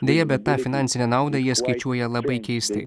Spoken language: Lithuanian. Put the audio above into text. deja bet tą finansinę naudą jie skaičiuoja labai keistai